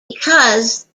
because